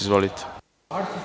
Izvolite.